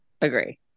Agree